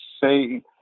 say